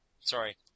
Sorry